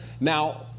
Now